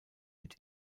mit